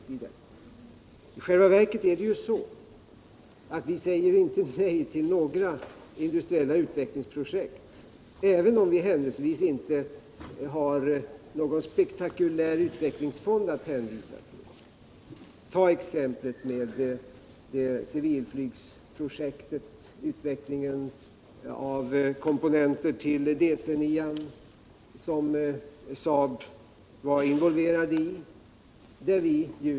Det är i själva verket så att vi inte säger nej till några industriella utvecklingsprojekt, även om vi inte har någon spektakulär utvecklingsfond att hänvisa till. Ta exemplet med civilflygets projekt och utvecklingen av komponenter till DC-9:an som Saab var involverat i!